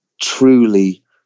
truly